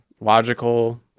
logical